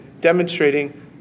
demonstrating